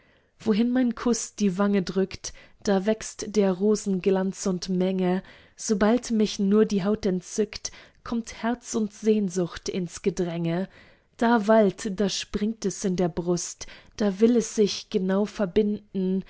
wohin mein kuß die wange drückt da wächst der rosen glanz und menge sobald mich nur die haut entzückt kommt herz und sehnsucht ins gedränge da wallt da springt es in der brust da will es sich genau verbinden